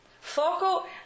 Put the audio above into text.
foco